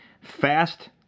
fast